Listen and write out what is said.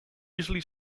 easily